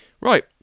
Right